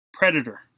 Predator